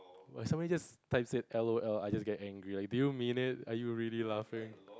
but somebody just types it L_O_L I just get angry do you mean it are you really laughing